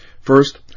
First